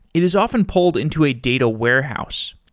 it is often pulled into a data warehouse.